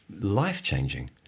life-changing